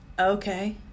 Okay